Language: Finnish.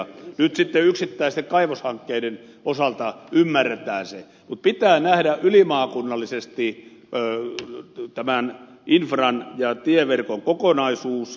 nyt sitten yksittäisten kaivoshankkeiden osalta ymmärretään se mutta pitää nähdä ylimaakunnallisesti infran ja tieverkon kokonaisuus